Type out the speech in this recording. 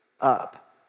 up